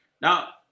Now